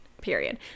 period